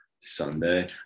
sunday